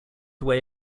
away